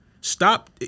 Stop